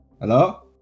Hello